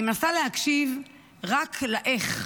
אני מנסה להקשיב רק לאיך,